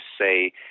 say